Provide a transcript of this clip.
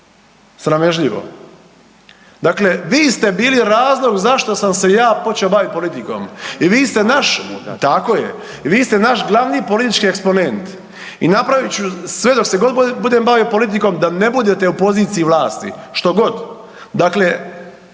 sramežljivo. Dakle, vi ste bili razlog zašto sam se ja počeo baviti politikom i vi ste naš …… /Upadica se ne razumije./… Tako je. I vi ste naš glavni politički eksponent i napravit ću sve dok se god budem bavio politikom da ne budete u poziciji vlasti što god.